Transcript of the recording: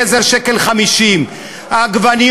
גזר 1.50 שקלים,